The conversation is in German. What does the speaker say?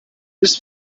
bis